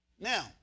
Now